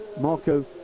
Marco